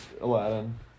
Aladdin